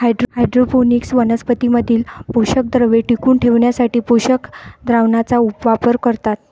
hydroponics वनस्पतीं मधील पोषकद्रव्ये टिकवून ठेवण्यासाठी पोषक द्रावणाचा वापर करतात